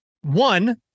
one